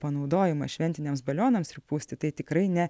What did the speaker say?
panaudojimas šventiniams balionams pripūsti tai tikrai ne